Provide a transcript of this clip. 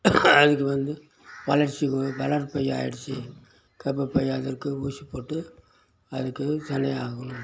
அதுக்கு வந்து வளர்ச்சி வந்து வளர்ப்பை ஆகிடுச்சி கர்ப்பப்பை அதற்கு ஊசி போட்டு அதுக்கு சினை ஆகும்